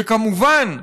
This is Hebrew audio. וכמובן,